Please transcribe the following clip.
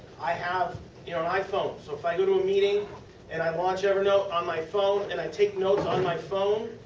i have an you know iphone. so, if i go to a meeting and i launch evernote on my phone and i take notes on my phone.